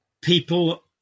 people